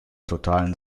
totalen